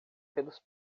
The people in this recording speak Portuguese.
pelos